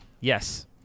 Yes